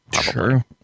sure